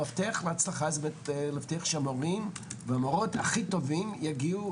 המפתח להצלחה זה באמת להבטיח שהמורים והמורות הכי טובים יגיעו,